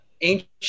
ancient